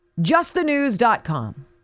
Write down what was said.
Justthenews.com